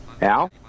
Al